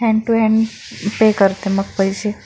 hand to hand pay करते मग पैसे